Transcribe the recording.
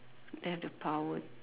they have the power